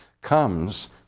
comes